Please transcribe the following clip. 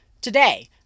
Today